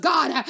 God